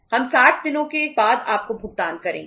हम 60 दिनों के बाद आपको भुगतान करेंगे